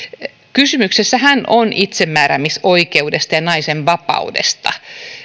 kysymyshän on itsemääräämisoikeudesta ja naisen vapaudesta